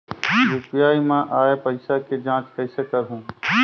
UPI मा आय पइसा के जांच कइसे करहूं?